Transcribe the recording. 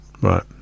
Right